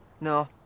no